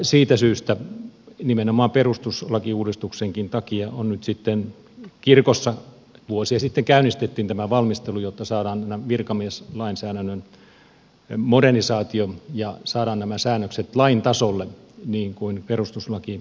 siitä syystä nimenomaan perustuslakiuudistuksenkin takia kirkossa vuosia sitten käynnistettiin tämä valmistelu jotta saadaan virkamieslainsäädännön modernisaatio ja saadaan nämä säännökset lain tasolle niin kuin perustuslaki edellyttää